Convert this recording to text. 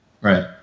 Right